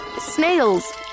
snails